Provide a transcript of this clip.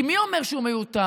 כי מי אומר שהוא מיותר?